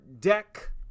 deck